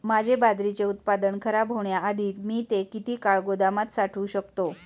माझे बाजरीचे उत्पादन खराब होण्याआधी मी ते किती काळ गोदामात साठवू शकतो?